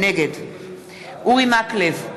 נגד אורי מקלב,